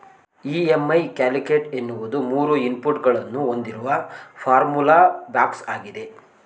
EMI calculator ಎನ್ನುವುದು ಮೂರು input ಗಳನ್ನು ಹೊಂದಿರುವ ಫಾರ್ಮುಲಾ ಬಾಕ್ಸ್ ಆಗಿದೆ